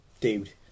dude